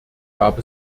gab